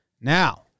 Now